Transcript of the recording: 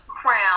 crown